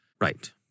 Right